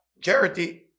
charity